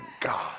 God